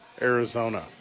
Arizona